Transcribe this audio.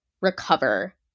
recover